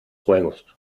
juegos